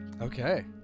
Okay